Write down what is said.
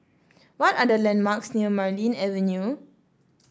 what are the landmarks near Marlene Avenue